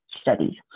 studies